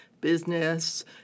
business